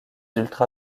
ultra